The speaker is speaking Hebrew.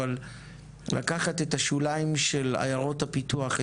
אבל לקחת את השוליים של עיירות הפיתוח,